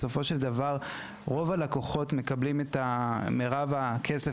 בסופו של דבר רוב הלקוחות מקבלים את מרב הכסף